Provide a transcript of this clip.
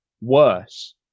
worse